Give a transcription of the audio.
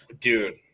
Dude